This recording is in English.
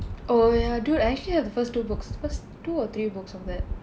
oh ya dude I actually have the first two books first two or three books of that